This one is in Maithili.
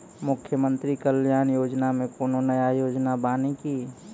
मुख्यमंत्री कल्याण योजना मे कोनो नया योजना बानी की?